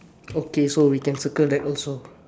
okay so we can circle that also